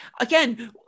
again